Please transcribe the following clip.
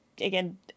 again